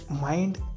mind